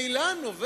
מרע"ם-תע"ל,